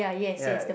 ya